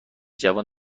جوان